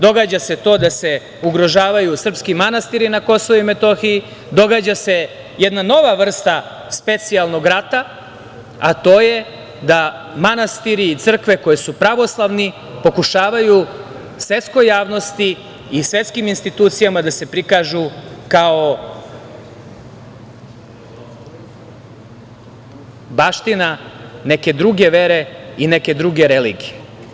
Događa se to da se ugrožavaju srpski manastiri na Kosovu i Metohiji, događa se jedna nova vrsta specijalnog rata, a to je da manastiri i crkve koje su pravoslavni pokušavaju svetskoj javnosti i svetskim institucijama da se prikažu kao baština neke druge vere i neke druge religije.